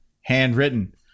handwritten